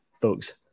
folks